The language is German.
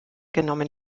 genommen